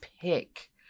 pick